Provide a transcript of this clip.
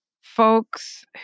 folks